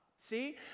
See